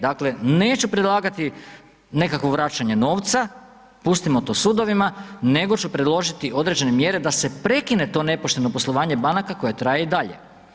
Dakle, neću predlagati nekakvo vraćanje novca, pustimo to sudovima, nego ću predložiti određene mjere da se prekine to nepošteno poslovanje banaka koje traje i dalje.